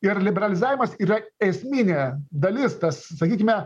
ir liberalizavimas yra esminė dalis tas sakykime